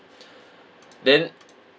then